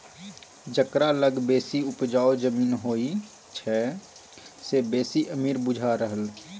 जकरा लग बेसी उपजाउ जमीन होइ छै से बेसी अमीर बुझा रहल